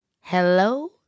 Hello